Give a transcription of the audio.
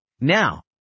Now